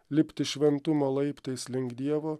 lipti šventumo laiptais link dievo